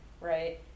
right